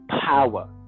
power